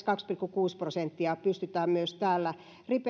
kaksi pilkku kuusi prosenttia pystytään myös täällä eduskunnassa